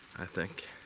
i think.